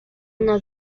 una